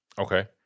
Okay